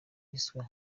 yiswe